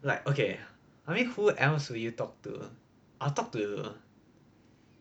like okay I mean who else who you talk to I'll talk to